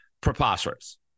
preposterous